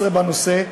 16 בנושא: